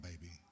baby